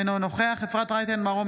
אינו נוכח אפרת רייטן מרום,